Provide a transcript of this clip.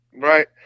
right